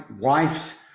wife's